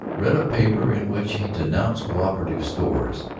read a paper in which he denounced cooperative stores.